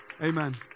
Amen